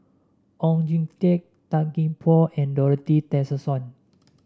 Oon Jin Teik Tan Gee Paw and Dorothy Tessensohn